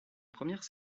première